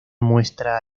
muestra